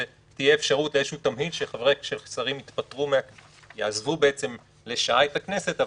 שתהיה אפשרות לאיזה תמהיל ששרים יעזבו לשעה את הכנסת,